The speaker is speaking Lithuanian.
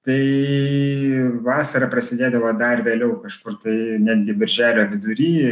tai vasara prasidėdavo dar vėliau kažkur tai netgi birželio vidury